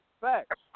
Facts